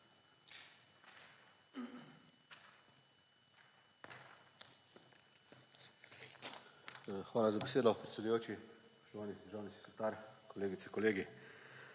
Hvala za besedo, predsedujoči. Spoštovani državni sekretar, kolegice, kolegi!